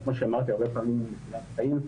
וכמו שאמרתי הרבה פעמים היא מצילת חיים.